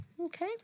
Okay